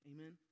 Amen